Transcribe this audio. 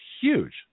huge